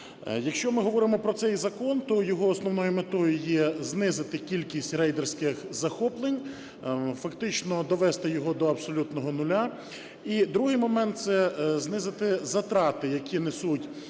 Якщо ми говоримо про цей закон, то його основною метою є знизити кількість рейдерських захоплень, фактично довести його до абсолютного нуля, і другий момент - знизити затрати, які несуть